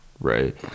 right